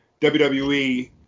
WWE